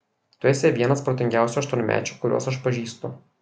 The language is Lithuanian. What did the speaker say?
tu esi vienas protingiausių aštuonmečių kuriuos aš pažįstu